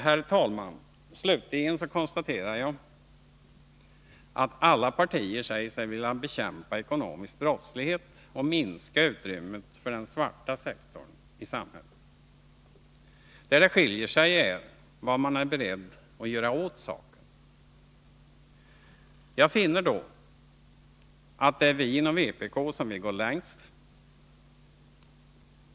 Herr talman! Slutligen konstaterar jag att alla partier säger sig vilja bekämpa ekonomisk brottslighet och minska utrymmet för den svarta sektorn i samhället. Det skiljer sig emellertid i fråga om vad man är beredd att göra åt saken. Jag finner då att det är vi inom vpk som vill gå längst.